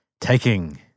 taking